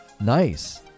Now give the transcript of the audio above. Nice